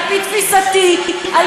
על-פי אמונתי, על-פי תפיסתי, בסדר.